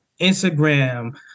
Instagram